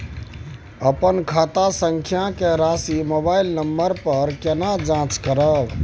अपन खाता संख्या के राशि मोबाइल पर केना जाँच करब?